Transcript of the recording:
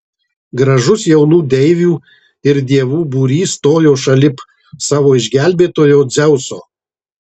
gražus jaunų deivių ir dievų būrys stojo šalip savo išgelbėtojo dzeuso